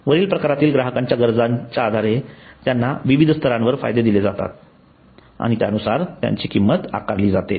विविध प्रकारातील ग्राहकांच्या गरजांच्या आधारे त्यांना विविध स्तरांवर फायदे दिले जातात आणि त्यानुसार त्यांची किंमत आकारली जाते